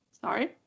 Sorry